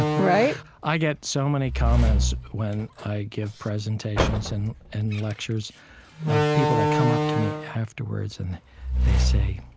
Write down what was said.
right? i get so many comments when i give presentations and and lectures of people that come up to me afterwards, and they say,